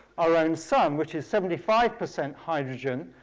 our own sun, which is seventy five percent hydrogen,